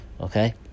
Okay